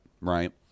right